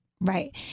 Right